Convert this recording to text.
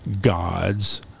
god's